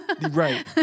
Right